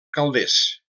calders